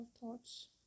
thoughts